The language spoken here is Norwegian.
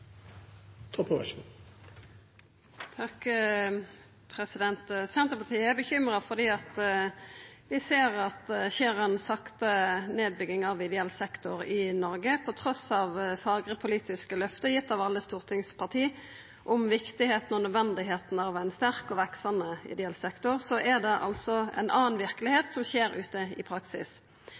bekymra fordi vi ser at det skjer ei sakte nedbygging av ideell sektor i Noreg. Trass i fagre politiske løfte gitt av alle stortingsparti om viktigheita og nødvendigheita av ein sterk og veksande ideell sektor, er det altså ei anna verkelegheit som er ute i praksis.